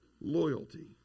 loyalty